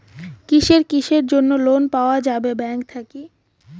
কিসের কিসের জন্যে লোন পাওয়া যাবে ব্যাংক থাকি?